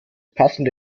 passende